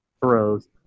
throws